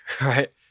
right